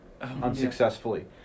unsuccessfully